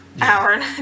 hour